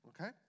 Okay